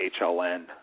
HLN